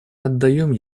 отдаем